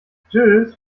tschüss